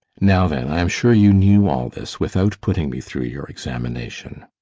now then, i am sure you knew all this without putting me through your examination.